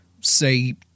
say